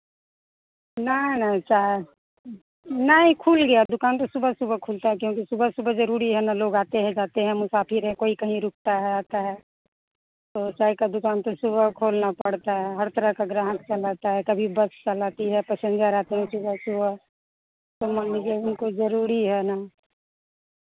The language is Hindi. नहीं नहीं चाय नहीं खुल गया दुकान तो सुबह सुबह खुलता है क्योंकि सुबह सुबह ज़रूरी है ना लोग आते हैं जाते हैं मुसाफ़िर है कोई कहीं रुकता है आता है और चाय का दुकान तो सुबह खोलना पड़ता है हर तरह का ग्राहक चलाता है कभी बस चल आती है पैसेन्जर आते हैं सुबह सुबह तो मान लीजिये उनको ज़रूरी है ना